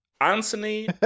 Anthony